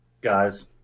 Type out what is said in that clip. guys